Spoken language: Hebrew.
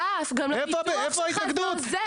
אסף אבל לביטוח שלך זה עוזר.